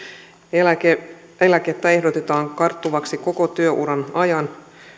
eläkettä eläkettä ehdotetaan karttuvaksi koko työuran ajan